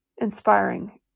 inspiring